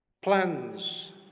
plans